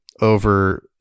over